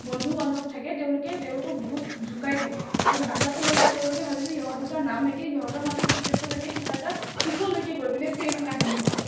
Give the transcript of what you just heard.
বন্ধু বান্ধৱ থাকে তেওঁলোকে তেওঁলোকক বহুত জোকাই থাকে আৰু জোকোৱাটো হয় যে তেওঁলোকে ভাৱে যে ইহঁত দুটাৰ নাম একে সিহঁতৰ মাজত কেতিয়াবা চাগে কিবা এটা পিছলৈকে গৈ পিনে প্ৰেম কাহিনী হ'ব